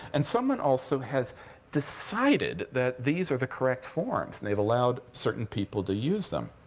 and someone also has decided that these are the correct forms. and they've allowed certain people to use them.